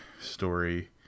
story